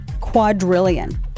quadrillion